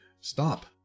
stop